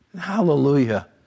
Hallelujah